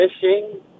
fishing